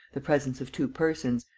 the presence of two persons,